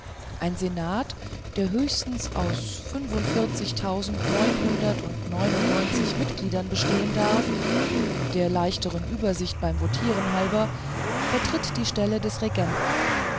ein senat der höchstens aus fünfundvierzigtausend neunhundert und neunundneunzig mitgliedern bestehen darf der leichteren übersicht beim votieren halber vertritt die stelle des regenten